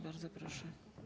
Bardzo proszę.